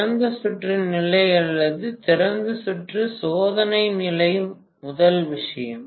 திறந்த சுற்று நிலை அல்லது திறந்த சுற்று சோதனை நிலை முதல் விஷயம்